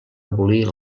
abolir